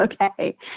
Okay